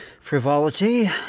frivolity